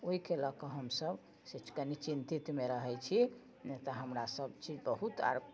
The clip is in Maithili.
ओइके लअ कऽ हमसब से कनी चिन्तितमे रहै छी नहि तऽ हमरा सब चीज बहुत